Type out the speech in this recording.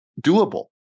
doable